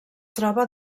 troba